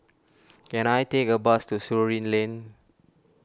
can I take a bus to Surin Lane